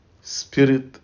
spirit